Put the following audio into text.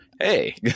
hey